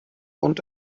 und